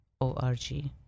org